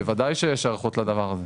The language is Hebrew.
בוודאי שיש היערכות לדבר הזה